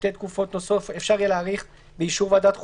שתי תקופות אפשר יהיה להאריך באישור ועדת חוקה,